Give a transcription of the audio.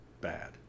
bad